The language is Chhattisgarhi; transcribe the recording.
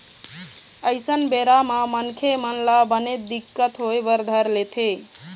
अइसन बेरा म मनखे मन ल बनेच दिक्कत होय बर धर लेथे